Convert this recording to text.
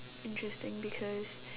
interesting because